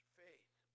faith